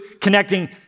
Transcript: connecting